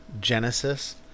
Genesis